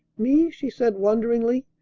me! she said wonderingly.